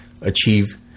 achieve